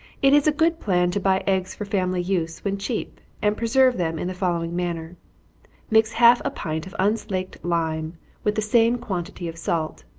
it is a good plan to buy eggs for family use when cheap, and preserve them in the following manner mix half a pint of unslaked lime with the same quantity of salt,